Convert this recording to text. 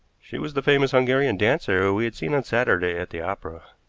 she was the famous hungarian dancer we had seen on saturday at the opera.